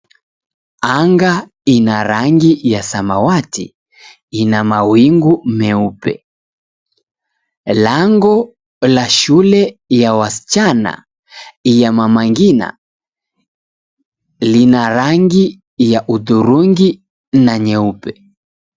Anga ina rangi ya samawati ina mawingu meupe. Lango la shule ya wasichana ya mama ngina lina rangi ya hudhurungi na nyeupe.